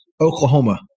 Oklahoma